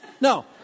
no